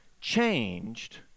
changed